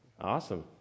Awesome